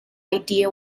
idea